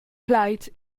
plaids